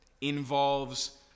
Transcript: involves